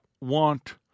want